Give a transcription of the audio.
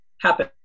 happen